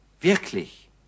wirklich